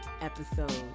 episode